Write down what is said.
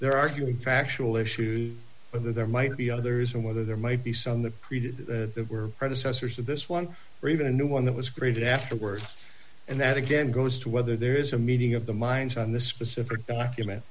there arguing factual issues whether there might be others and whether there might be some that created the predecessors of this one or even a new one that was created afterwards and that again goes to whether there is a meeting of the minds on the specific document